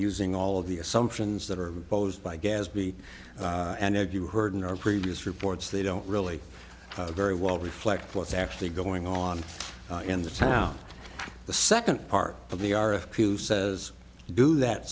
using all of the assumptions that are posed by gadsby and as you heard in our previous reports they don't really very well reflect what's actually going on in the town the second part of the are a few says to do that